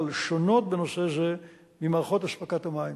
שונות בנושא זה ממערכות אספקת המים.